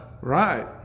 right